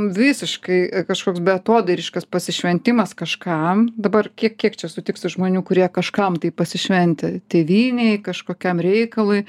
visiškai kažkoks beatodairiškas pasišventimas kažkam dabar kiek kiek čia sutiksi žmonių kurie kažkam tai pasišventę tėvynei kažkokiam reikalui